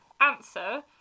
answer